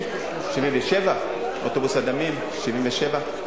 1977. אוטובוס הדמים ב-1977?